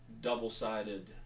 double-sided